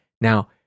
Now